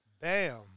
Bam